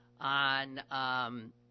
on